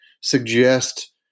suggest